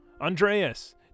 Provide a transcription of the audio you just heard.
Andreas